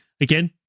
Again